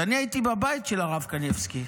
אז אני הייתי בבית של הרב קניבסקי.